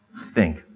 stink